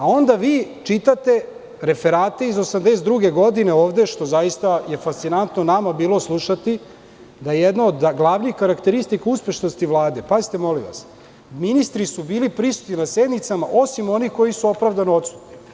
Onda vi čitate referate iz 1982. godine, što je zaista fascinantno nama bilo slušati, da je jedno od glavnih karakteristika uspešnosti Vlade – ministri su bili prisutni na sednicama, osim onih koji su opravdano odsutni.